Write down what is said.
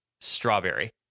strawberry